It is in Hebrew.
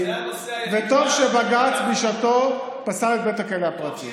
וטוב שבג"ץ בשעתו פסל את בית הכלא הפרטי.